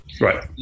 Right